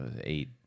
eight